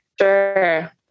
sure